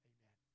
Amen